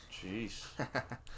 Jeez